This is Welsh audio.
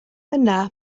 yna